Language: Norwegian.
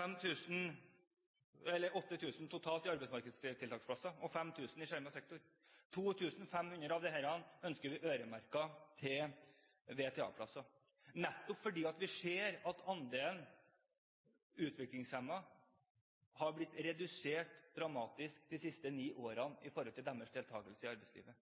arbeidsmarkedstiltaksplasser og 5 000 i skjermet sektor. 2 500 av disse ønsker vi øremerket til VTA-plasser, nettopp fordi vi ser at andelen utviklingshemmede har blitt redusert dramatisk de siste ni årene når det gjelder deres deltakelse i arbeidslivet.